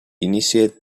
initiate